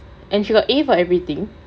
and she got A for everything